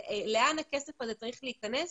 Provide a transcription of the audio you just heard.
לאן הכסף הזה צריך להיכנס.